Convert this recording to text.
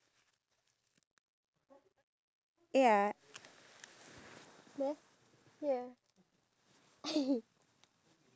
wait I actually wanted to be a doctor once when I was younger but good enough I'm already like in the healthcare industry right now